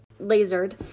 lasered